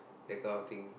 that kind of thing